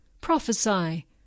Prophesy